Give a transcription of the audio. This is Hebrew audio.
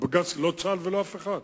בג"ץ ולא אף אחד,